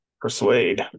Persuade